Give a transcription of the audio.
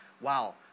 wow